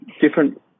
different